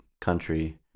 country